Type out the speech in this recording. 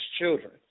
children